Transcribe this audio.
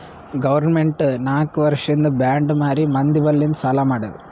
government ನಾಕ್ ವರ್ಷಿಂದ್ bond ಮಾರಿ ಮಂದಿ ಬಲ್ಲಿಂದ್ ಸಾಲಾ ಮಾಡ್ಯಾದ್